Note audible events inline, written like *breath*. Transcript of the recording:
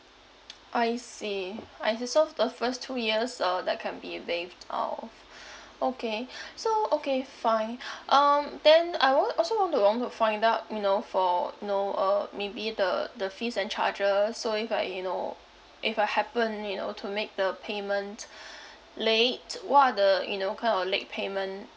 *noise* I see I see so f~ the first two years uh that can be waived off okay so okay fine um then I would also want to want to find out you know for know uh maybe the the fees and charges so if I you know if I happen you know to make the payment *breath* late what are the you know kind of late payment